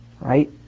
right